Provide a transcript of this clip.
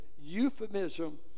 euphemism